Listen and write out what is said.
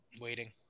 Waiting